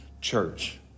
church